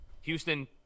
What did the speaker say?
Houston